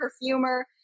perfumer